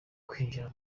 kwinjira